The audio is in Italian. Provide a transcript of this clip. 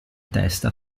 testa